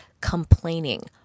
complaining